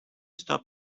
stop